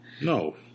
No